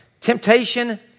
Temptation